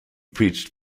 preached